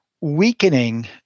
weakening